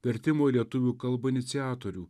vertimo į lietuvių kalbą iniciatorių